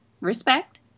respect